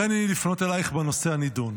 הריני לפנות אלייך בנושא הנדון.